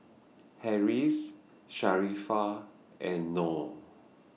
Harris Sharifah and Noh